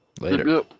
Later